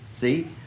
see